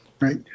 right